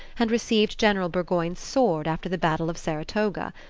and received general burgoyne's sword after the battle of saratoga.